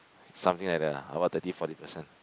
something like that lah about thirty forty percent